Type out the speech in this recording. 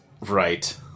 Right